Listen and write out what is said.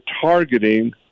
targeting